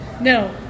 No